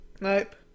Nope